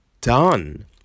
done